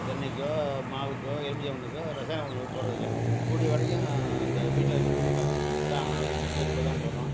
தென்னைக்கோ மாவுக்கோ எலுமிச்ச கன்றுக்கோ ரசாயன உரங்கள் போடுறதில்ல கூடிய வரைக்கும் அந்த வீட்டில் இருக்கிற குப்பை சாணம் இந்தக் குப்பை தான் போடுறோம்